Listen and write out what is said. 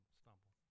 stumble